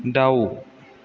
दाउ